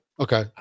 Okay